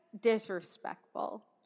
disrespectful